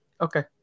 okay